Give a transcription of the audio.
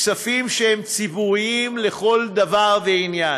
כספים שהם ציבוריים לכל דבר ועניין?